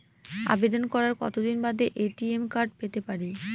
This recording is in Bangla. আবেদন করার কতদিন বাদে এ.টি.এম কার্ড পেতে পারি?